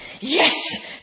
yes